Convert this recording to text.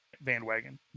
bandwagon